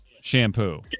shampoo